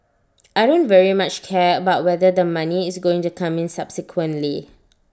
I don't very much care about whether the money is going to come in subsequently